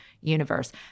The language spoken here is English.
universe